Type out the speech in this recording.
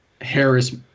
Harris